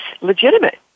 legitimate